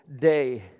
day